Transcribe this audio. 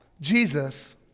Jesus